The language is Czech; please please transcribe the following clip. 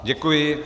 Děkuji.